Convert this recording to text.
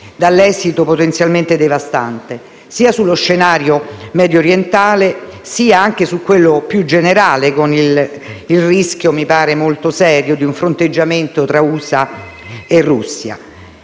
dall’esito potenzialmente devastante sia sullo scenario mediorientale, sia su quello più generale, con il rischio, che mi pare molto serio, di un fronteggiamento tra USA e Russia.